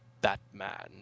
Batman